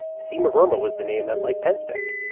seamer burma was the name that mike pence picked